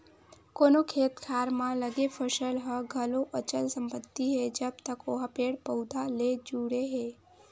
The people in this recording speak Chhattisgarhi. कोनो खेत खार म लगे फसल ह घलो अचल संपत्ति हे जब तक ओहा पेड़ पउधा ले जुड़े हे